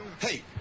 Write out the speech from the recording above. Hey